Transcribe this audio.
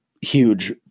huge